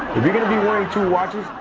if you're gonna be wearing two watches,